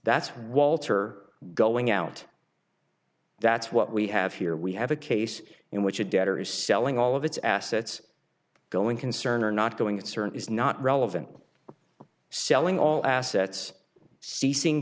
that's walter going out that's what we have here we have a case in which a debtor is selling all of its assets going concern are not going it certainly is not relevant selling all assets ceasing